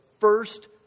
first